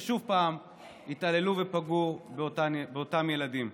ושוב התעללו ופגעו באותם ילדים.